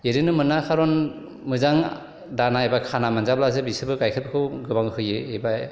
ओरैनो मोना खारन मोजां दाना एबा खाना मोनजाब्लासो बिसोरबो गाइखेरखौ गोबां होयो एबा